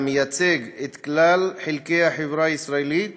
המייצג את כלל חלקי החברה הישראלית